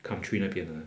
country 那边 ah